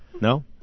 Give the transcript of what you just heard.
No